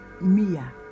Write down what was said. Mia